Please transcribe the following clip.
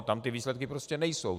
Tam ty výsledky prostě nejsou.